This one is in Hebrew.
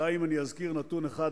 די אם אזכיר נתון אחד,